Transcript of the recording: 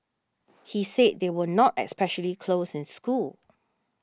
he said they were not especially close in school